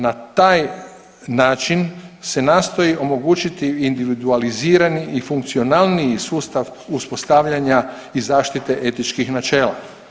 Na taj način se nastoji omogućiti individualizirani i funkcionalniji sustav uspostavljanja i zaštite etičkih načela.